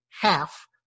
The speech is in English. half